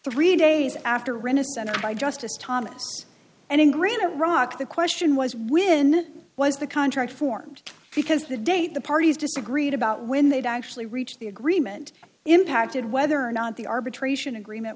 three days after renaissance by justice thomas and in granite rock the question was when was the contract formed because the date the parties disagreed about when they'd actually reached the agreement impacted whether or not the arbitration agreement